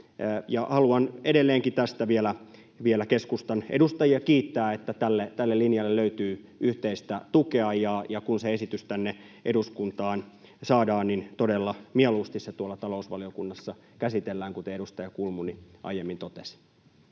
Haluan edelleenkin tästä vielä keskustan edustajia kiittää, että tälle linjalle löytyy yhteistä tukea, ja kun se esitys tänne eduskuntaan saadaan, niin todella mieluusti se tuolla talousvaliokunnassa käsitellään, kuten edustaja Kulmuni aiemmin totesi.